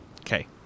Okay